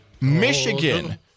Michigan